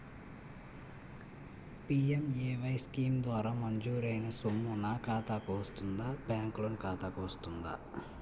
PMAY scheme ద్వారా మంజూరైన సొమ్ము నా ఖాతా కు వస్తుందాబ్యాంకు లోన్ ఖాతాకు వస్తుందా?